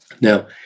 Now